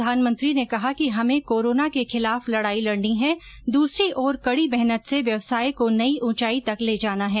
प्रधानमंत्री ने कहा कि हमें कोरोना के खिलाफ लड़ाई लड़नी है दूसरी ओर कड़ी मेहनत से व्यवसाय को नई ऊंचाई तक ले जाना है